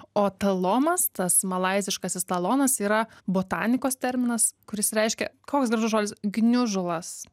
o talomas tas malaiziškasis talonas yra botanikos terminas kuris reiškia koks gražus žodis gniužulas